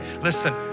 Listen